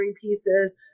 pieces